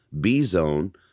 B-Zone